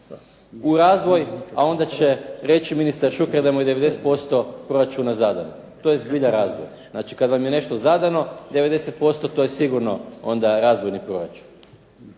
u razvoj, a onda će reći ministar Šuker da mu je 90% proračuna zadano. To je zbilja razvoj. Znači kad vam je nešto zadano 90% to je sigurno onda razvojni proračun.